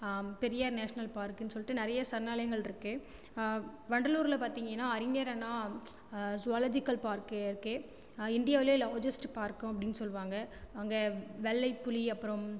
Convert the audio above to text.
Periyar national பார்க்னு சொல்லிட்டு நிறைய சரணாலயங்கள் இருக்கு வண்டலூரில் பார்த்தீங்கனா அறிஞர் அண்ணா ஜூவாலஜிக்கல் பார்க்கிருக்கு இந்தியாவுல லார்ஜஸ்ட் பார்க்கும் அப்படினு சொல்வாங்க அங்கே வெள்ளை புலி அப்புறோம்